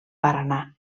paranà